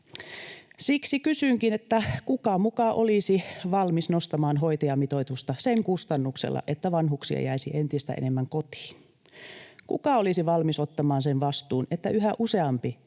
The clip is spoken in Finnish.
Siksi kysynkin, kuka muka olisi valmis nostamaan hoitajamitoitusta sen kustannuksella, että vanhuksia jäisi entistä enemmän kotiin. Kuka olisi valmis ottamaan sen vastuun, että yhä useampi